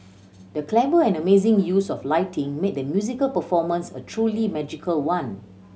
the clever and amazing use of lighting made the musical performance a truly magical one